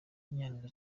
munyaneza